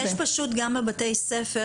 משרד הפנים אור מלכי עו"ד,